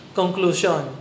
conclusion